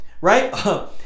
Right